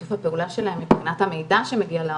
ושיתוף הפעולה שלהם מבחינת המידע שמגיע.